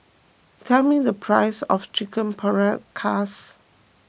tell me the price of Chicken Paprikas